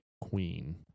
queen